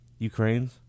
Ukraines